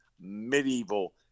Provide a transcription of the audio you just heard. medieval